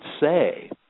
say